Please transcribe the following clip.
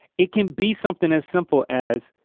it can be something as simple as,